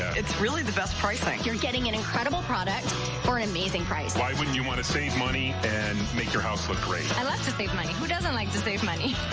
it's really the best pricing. you're getting an incredible product for an amazing price. why wouldn't you want to save money and make your house look great? i love to save money. who doesn't like to save money?